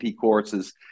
courses